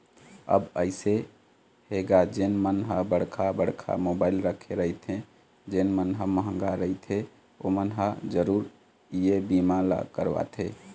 अब अइसे हे गा जेन मन ह बड़का बड़का मोबाइल रखे रहिथे जेन मन ह मंहगा रहिथे ओमन ह जरुर ये बीमा ल करवाथे